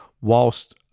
whilst